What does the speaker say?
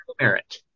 merit